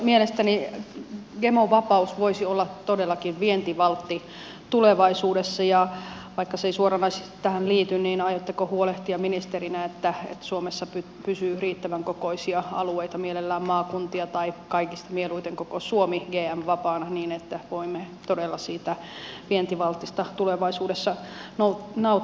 mielestäni gemovapaus voisi olla todellakin vientivaltti tulevaisuudessa ja vaikka se ei suoranaisesti tähän liity niin aiotteko huolehtia ministerinä että suomessa pysyy riittävän kokoisia alueita mielellään maakuntia tai kaikista mieluiten koko suomi gm vapaana niin että voimme todella siitä vientivaltista tulevaisuudessa nauttia